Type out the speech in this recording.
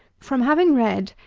from having read,